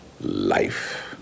life